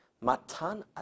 Matan